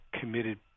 committed